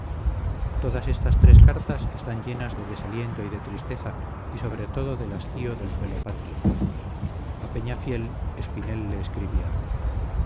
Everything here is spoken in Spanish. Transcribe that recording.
todas estas tres cartas están llenas de desaliento y de tristeza y sobre todo del hastío del suelo patrio a peñafiel espinel le escribía